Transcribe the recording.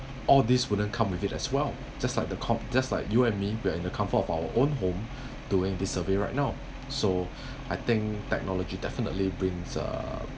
all this wouldn't come with it as well just like the com~ just like you and me we're in the comfort of our own home doing this survey right now so I think technology definitely brings uh